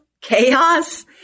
chaos